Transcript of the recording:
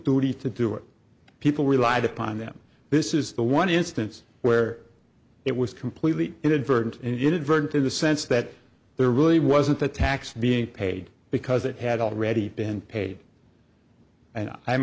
duty to do it people relied upon them this is the one instance where it was completely inadvertent inadvertent in the sense that there really wasn't a tax being paid because it had already been paid and i